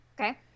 Okay